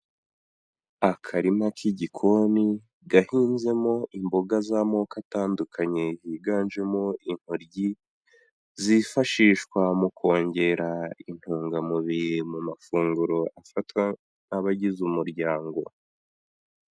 Akarima k'igikoni, gahinzemo imboga z'amoko atandukanye higanjemo intoryi, zifashishwa mu kongera intungamubiri mu mafunguro afatwa nk'abagize umuryango.